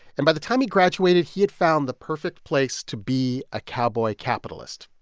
and by the time he graduated, he had found the perfect place to be a cowboy capitalist,